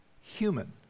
human